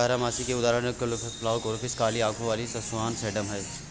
बारहमासी के उदाहरण कोर्नफ्लॉवर, कोरॉप्सिस, काली आंखों वाली सुसान, सेडम हैं